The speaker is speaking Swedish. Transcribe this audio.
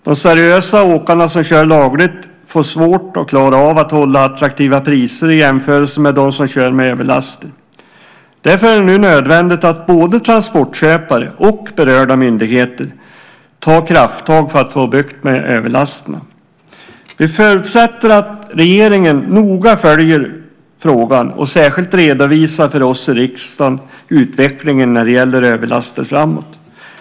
De seriösa åkarna som kör lagligt får svårt att klara av att hålla attraktiva priser i jämförelse med dem som kör med överlaster. Det är därför nödvändigt att både transportköpare och berörda myndigheter tar krafttag för att få bukt med överlasterna. Vi förutsätter att regeringen noga följer frågan och särskilt redovisar för oss i riksdagen utvecklingen när det gäller överlaster framöver.